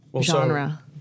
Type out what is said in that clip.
genre